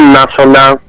national